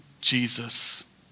Jesus